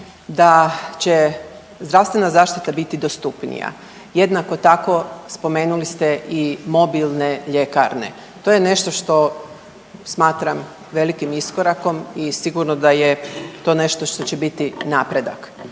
da će zdravstvena zaštita biti dostupnija. Jednako tako spomenuli ste i mobilne ljekarne. To je nešto što smatram velikim iskorakom i sigurno da je to nešto što će biti napreda.